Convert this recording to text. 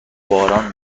باران